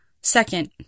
Second